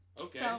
Okay